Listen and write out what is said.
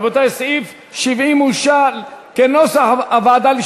רבותי, סעיף 70 לשנת 2016 אושר, כנוסח הוועדה.